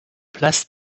place